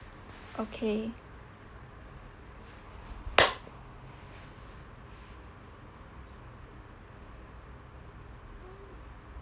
okay